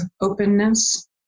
openness